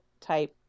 type